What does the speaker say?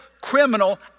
criminal